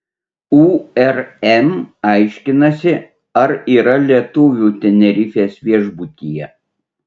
urm aiškinasi ar yra lietuvių tenerifės viešbutyje